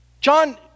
John